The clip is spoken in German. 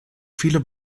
viele